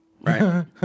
right